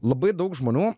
labai daug žmonių